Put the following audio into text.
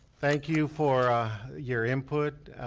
thank you for your input.